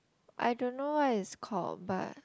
I don't know what is it called but